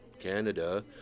Canada